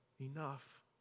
enough